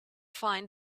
find